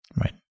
right